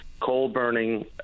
coal-burning